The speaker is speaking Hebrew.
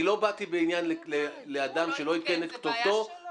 אני לא באתי בעניין לאדם שלא עדכן את כתובתו.